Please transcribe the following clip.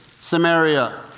Samaria